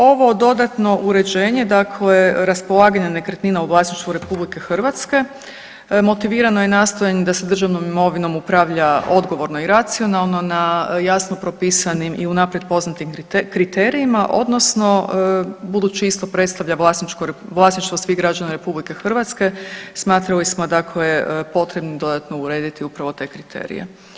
Ovo dodatno uređenje dakle, raspolaganje nekretnina u vlasništvu RH motivirano je nastojanjem da se državnom imovinom upravlja odgovorno i racionalno na jasno propisanim i unaprijed poznatim kriterijima odnosno budući isto predstavlja vlasništvo svih građana RH smatrali smo dakle potrebnim dodatno urediti upravo te kriterije.